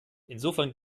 insofern